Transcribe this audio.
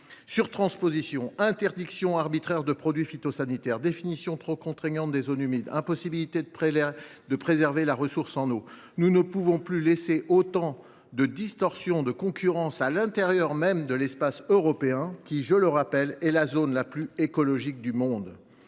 Surtransposition, interdiction arbitraire de produits phytosanitaires, définition trop contraignante des zones humides, impossibilité de préserver la ressource en eau : nous ne pouvons plus laisser autant de distorsions de concurrence à l’intérieur même de l’espace européen qui, je le rappelle, est la zone la plus écologique du monde.